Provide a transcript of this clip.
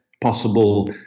possible